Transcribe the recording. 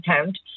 account